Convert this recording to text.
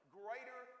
greater